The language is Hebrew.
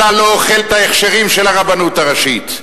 אתה לא אוכל את ההכשרים של הרבנות הראשית.